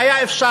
היה אפשר